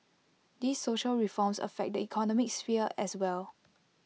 these social reforms affect the economic sphere as well